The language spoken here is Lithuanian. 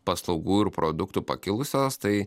paslaugų ir produktų pakilusios tai